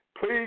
please